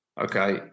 okay